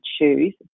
choose